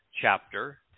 chapter